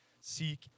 seek